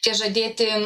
tie žadėti